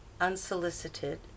unsolicited